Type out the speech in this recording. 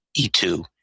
E2